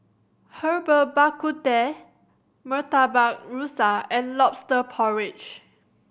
Herbal Bak Ku Teh Murtabak Rusa and Lobster Porridge